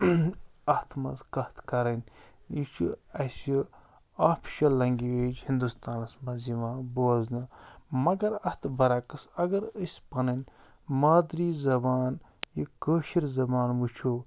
اَتھ مَنٛز کتھ کَرٕنۍ یہِ چھُ اَسہِ آفیشَل لنگویج ہِندوستانَس مَنٛز یِوان بوزنہٕ مگر اَتھ برعکس اگر أسۍ پَنٕنۍ مادری زَبان یہِ کٲشِر زبان وُچھو